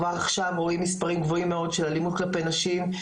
כבר עכשיו רואים מספרים גבוהים מאוד של אלימות כלפי נשים.